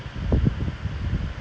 இந்த இந்த காலத்துல:intha intha kaalathulla